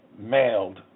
mailed